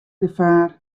gefaar